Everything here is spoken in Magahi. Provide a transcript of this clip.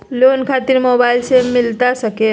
लोन खातिर मोबाइल से मिलता सके?